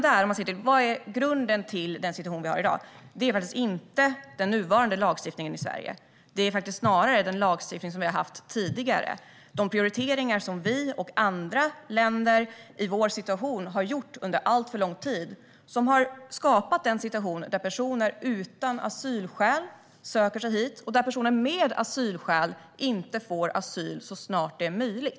Vad är grunden till den situation vi har i dag? Det är faktiskt inte den nuvarande lagstiftningen i Sverige utan snarare den lagstiftning vi har haft tidigare. De prioriteringar som vi och andra länder i vår situation har gjort under alltför lång tid har skapat en situation där personer utan asylskäl söker sig hit och där personer med asylskäl inte får asyl så snart det är möjligt.